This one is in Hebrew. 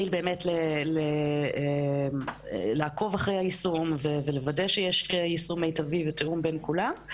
כדי לעקוב אחרי היישום ולוודא שיש יישום מיטבי ותיאום בין כולם.